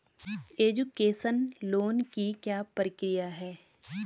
Education loan की क्या प्रक्रिया है?